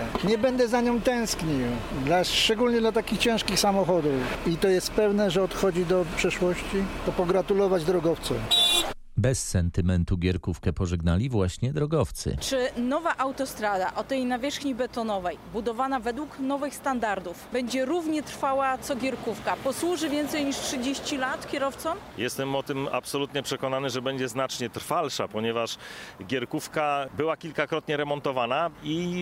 Nie będę za nią tęsknił, dla- szczególnie dla takich ciężkich samochodów. I to jest pewne, że odchodzi do przeszłości. To pogratulować drogowcom. Bez sentymentu gierkówkę pożegnali właśnie drogowcy. Czy nowa autostrada o tej nawierzchni betonowej, budowana według nowych standardów, będzie równie trwała co gierkówka? Posłuży więcej niż 30 lat kierowcom? Jestem o tym absolutnie przekonany, że będzie znacznie trwalsza, ponieważ gierkówka była kilkakrotnie remontowana i